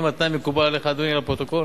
אדוני, האם התנאי מקובל עליך, לפרוטוקול?